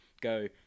go